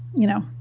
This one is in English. you know,